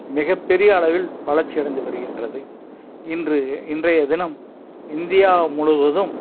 மிகப்பெரிய அளவில் வளர்ச்சி அடைந்து வருகின்றது இன்று இன்றைய தினம் இந்தியா முழுவதும்